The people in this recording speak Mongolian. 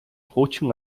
хуучин